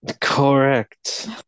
Correct